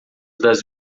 das